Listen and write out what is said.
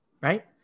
Right